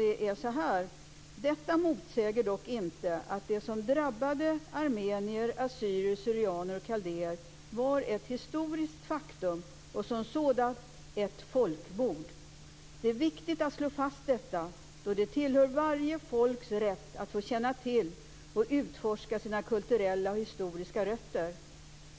inte har återgetts: "Detta motsäger dock inte att det som drabbade armenier, assyrier/syrianer och kaldéer var ett historiskt faktum och som sådant ett folkmord. Det är viktigt att slå fast detta, då det tillhör varje folks rätt att få känna till och utforska sina kulturella och historiska rötter.